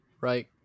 right